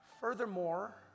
Furthermore